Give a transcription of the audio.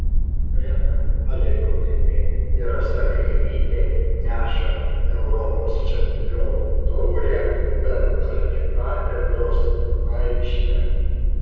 reda aleliūnaitė ir rasa kreivytė neša europos čempionių taurę per arkikatedros aikštę